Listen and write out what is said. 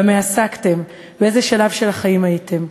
במה עסקתם, באיזה שלב של החיים הייתם.